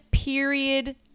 period